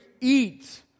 eat